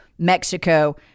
Mexico